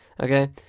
okay